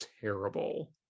terrible